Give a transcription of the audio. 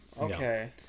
Okay